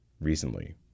Recently